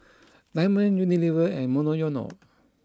Diamond Unilever and Monoyono